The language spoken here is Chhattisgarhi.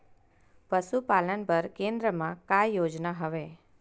पशुपालन बर केन्द्र म का योजना हवे?